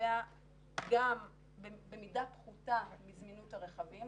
שנובע גם במידה פחותה מזמינות הרכבים,